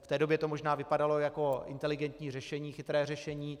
V té době to možná vypadalo jako inteligentní řešení, chytré řešení.